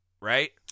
right